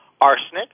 arsenic